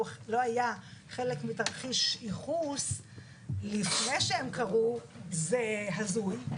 חלק מתרחיש ייחוס לפני שהם קרו זה הזוי,